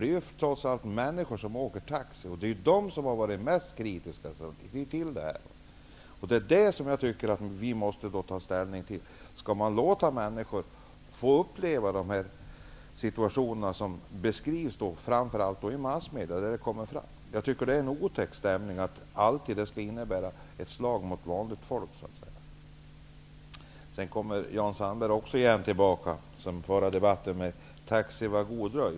Det är ju trots allt människor som åker taxi, och det är ju de som har varit mest kritiska till detta. Vi måste ta ställning till om man skall låta människor få uppleva dessa situationer som framför allt beskrivs i massmedia. Det är otäckt att det alltid så att säga skall innebära ett slag mot vanligt folk. Jan Sandberg kommer tillbaka från förra debatten med ''Taxi, var god dröj''.